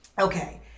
Okay